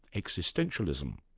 existentialism,